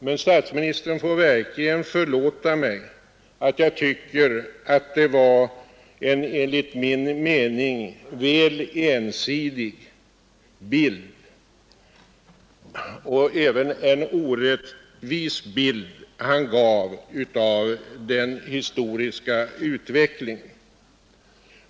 Men statsministern får verkligen förlåta mig att jag tycker att det var en väl ensidig och även en orättvis bild han gav av den historiska utvecklingen.